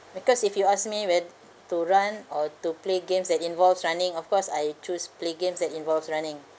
because if you ask me whe~ to run or to play games that involve running of course I choose play games that involve running